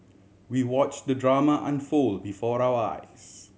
we watch the drama unfold before our eyes